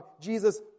Jesus